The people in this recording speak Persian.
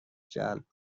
جلب